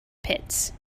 pits